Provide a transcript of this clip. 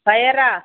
பையரா